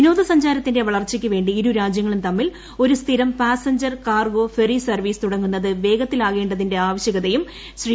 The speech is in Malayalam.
വിനോദസഞ്ചാരത്തിന്റെ വളർച്ച്ചയ്ക്കുവേണ്ടി ഇരുരാജ്യങ്ങളും തമ്മിൽ ഒരു സ്ഥിരം പ്പാസഞ്ചർ കാർഗോ ഫെറി സർവ്വീസ് തുടങ്ങുന്നത് വേഗത്തിലാ്കേണ്ടതിന്റെ ആവശ്യകതയും ശ്രീ